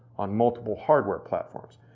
on multiple hardware platforms.